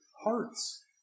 hearts